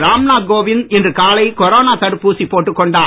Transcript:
ராம் நாத் கோவிந்த் இன்று காலை கொரோனா தடுப்பூசி போட்டுக் கொண்டார்